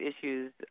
issues